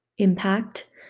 impact